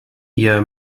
ihr